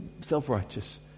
self-righteous